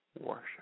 worship